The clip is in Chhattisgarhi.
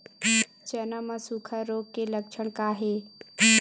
चना म सुखा रोग के लक्षण का हे?